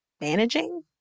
managing